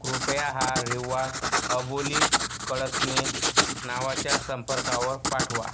कृपया हा रिवॉर्ड अबोली कळसणे नावाच्या संपर्कावर पाठवा